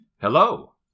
Hello